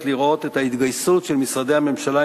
לראות את ההתגייסות של משרדי הממשלה,